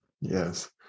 Yes